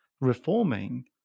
reforming